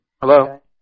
Hello